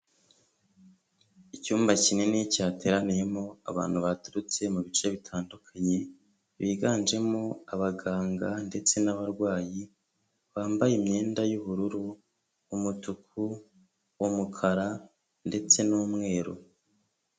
Icyumba kinini cyateraniyemo abantu baturutse mu bice bitandukanye biganjemo abaganga ndetse n'abarwayi bambaye imyenda y'ubururu, umutuku, umukara ndetse n'umweru.